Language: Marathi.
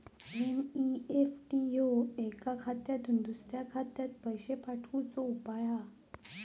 एन.ई.एफ.टी ह्यो एका खात्यातुन दुसऱ्या खात्यात पैशे पाठवुचो उपाय हा